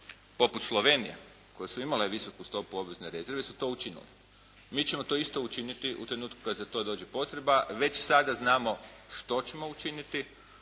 poput Slovenije koje su imale visoku stopu obvezne rezerve su to učinile. Mi ćemo to isto učiniti u trenutku kad za to dođe potreba. Već sada znamo što ćemo učiniti,